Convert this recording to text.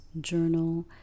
journal